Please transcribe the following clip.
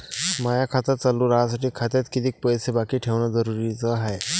माय खातं चालू राहासाठी खात्यात कितीक पैसे बाकी ठेवणं जरुरीच हाय?